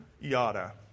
yada